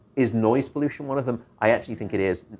is noise pollution one of them? i actually think it is.